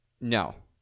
No